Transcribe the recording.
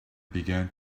began